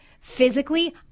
Physically